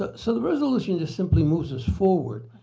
ah so the resolution just simply moves us forward.